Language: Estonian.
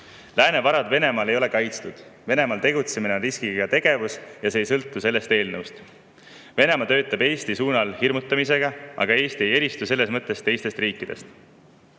Lääne varad Venemaal ei ole kaitstud. Venemaal tegutsemine on riskiga tegevus ja see ei sõltu sellest eelnõust. Venemaa töötab Eesti hirmutamise nimel, aga Eesti ei eristu selles mõttes teistest riikidest.